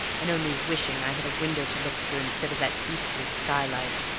and only wishing i had a window to look through instead of that beastly skylight.